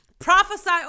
prophesy